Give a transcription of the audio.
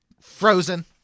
Frozen